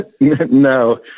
No